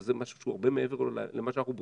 שזה משהו שהוא הרבה מעבר למה שאנחנו בודקים,